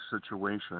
situation